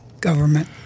government